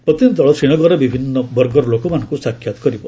ପ୍ରତିନିଧି ଦଳ ଶ୍ରୀନଗରର ବିଭିନ୍ନ ବର୍ଗର ଲୋକମାନଙ୍କୁ ସାକ୍ଷାତ କରିବ